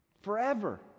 forever